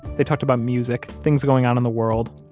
they talked about music, things going on in the world,